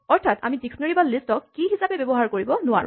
অৰ্থাৎ আমি ডিস্কনেৰীঅভিধানবা লিষ্টক কীচাবি হিচাপে ব্যৱহাৰ কৰিব নোৱাৰোঁ